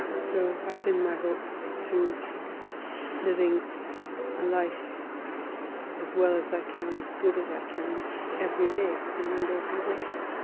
so i pinned my hopes to living a life as well as i can as good as i can every day from one day to the next.